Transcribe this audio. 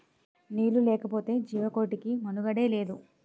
నీళ్లు లేకపోతె జీవకోటికి మనుగడే లేదు